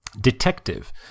Detective